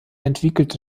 entwickelte